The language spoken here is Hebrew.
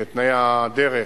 לתנאי הדרך,